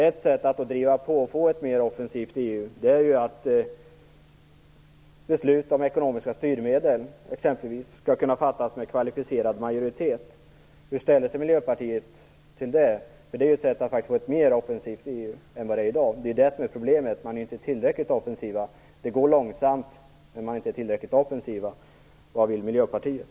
Ett sätt att driva på och få ett mer offensivt EU är ju att beslut om ekonomiska styrmedel exempelvis skall kunna fattas med kvalificerad majoritet. Hur ställer sig Miljöpartiet till det? Det är ju ett sätt att få ett EU som är mer offensivt än det är i dag. Problemet är alltså att man inte är tillräckligt offensiv. Det går långsamt, men man är inte tillräckligt offensiv. Vad vill Miljöpartiet?